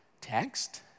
text